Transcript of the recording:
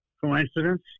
Coincidence